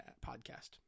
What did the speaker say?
podcast